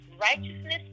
righteousness